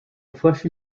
fleshy